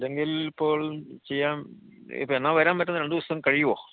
ഇല്ലെങ്കിൽ ഇപ്പോൾ ചെയ്യാം ഇപ്പോള് എന്നാണു വരാന് പറ്റുന്നത് രണ്ടു ദിവസം കഴിയുമോ